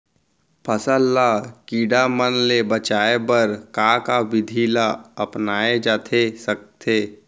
फसल ल कीड़ा मन ले बचाये बर का का विधि ल अपनाये जाथे सकथे?